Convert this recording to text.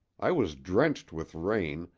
i was drenched with rain,